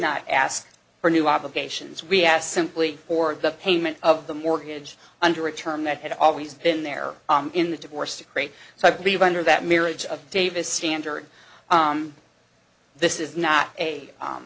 not ask for new obligations we asked simply for the payment of the mortgage under a term that had always been there in the divorce decree so i believe under that marriage of davis standard this is not a